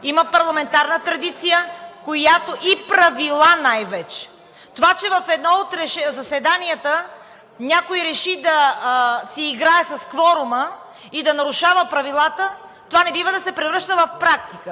Има парламентарна традиция и правила най-вече. Това, че в едно от заседанията някой реши да си играе с кворума и да нарушава правилата не бива да се превръща в практика.